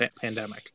pandemic